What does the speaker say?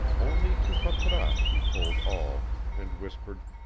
only to patrasche he told all, and whispered,